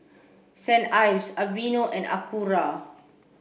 Saint Ives Aveeno and Acura